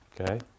okay